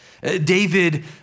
David